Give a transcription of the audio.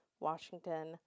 Washington